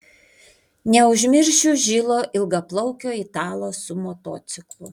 neužmiršiu žilo ilgaplaukio italo su motociklu